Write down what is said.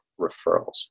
referrals